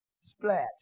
Splat